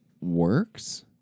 works